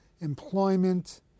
employment